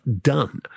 done